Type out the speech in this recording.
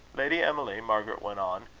lady emily, margaret went on,